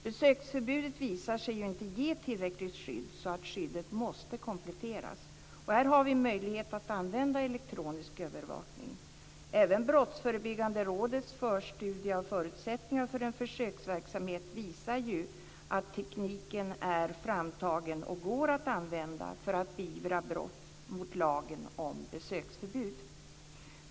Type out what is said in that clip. Besöksförbudet visar sig ju inte ge tillräckligt skydd, så det måste kompletteras. Här har vi möjlighet att använda elektronisk övervakning. Även Brottsförebyggande rådets förstudie av förutsättningar för en försöksverksamhet visar ju att tekniken är framtagen och går att använda för att beivra brott mot lagen om besöksförbud.